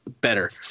better